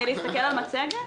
מלהסתכל על מצגת?